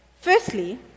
Firstly